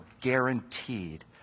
guaranteed